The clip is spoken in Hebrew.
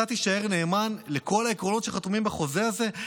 אתה תישאר נאמן לכל העקרונות שחתומים בחוזה הזה?